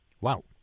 Wow